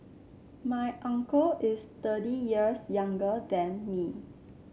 my uncle is thirty years younger than me